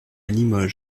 limoges